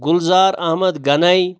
Gulzar Ahmad Ghani